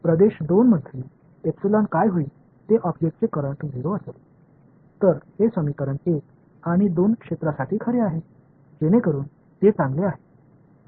प्रदेश 2 मध्ये एपिसलन काय होईल ते ऑब्जेक्टचे करंट 0 असेल तर हे समीकरण 1 आणि 2 क्षेत्रासाठी खरे आहे जेणेकरून ते चांगले आहे